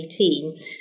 2018